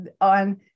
on